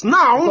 now